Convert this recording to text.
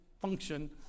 function